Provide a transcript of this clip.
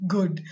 Good